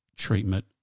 treatment